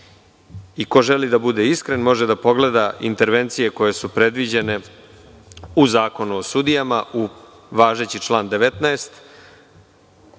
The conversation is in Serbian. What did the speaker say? Ko želi da bude iskren, može da pogleda intervencije koje su predviđene u Zakonu o sudijama, važeći član 19.